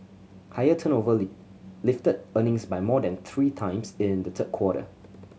higher turnover lifted earnings by more than three times in the third quarter